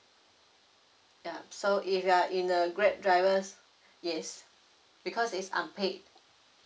yup so if you are in the grab drivers yes because it's unpaid